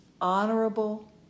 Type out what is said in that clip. honorable